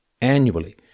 annually